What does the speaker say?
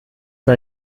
für